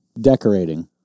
Decorating